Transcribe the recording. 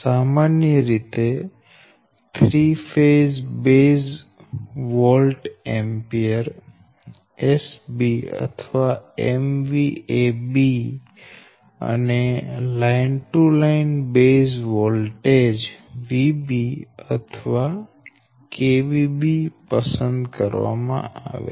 સામાન્ય રીતે 3 phase base volt ampere SBઅથવા B અને line to line base voltage VBઅથવા B પસંદ કરવામાં આવે છે